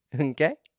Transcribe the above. okay